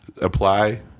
Apply